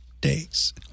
days